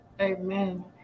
Amen